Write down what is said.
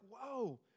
whoa